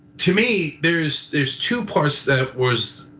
to me, there's there's two parts that was,